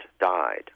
died